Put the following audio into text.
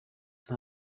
nta